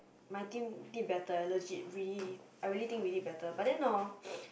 my team did better eh legit really I really think we did better but then hor